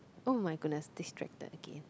oh my goodness distracted again